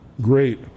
Great